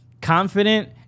Confident